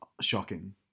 shocking